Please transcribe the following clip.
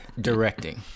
directing